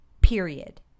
period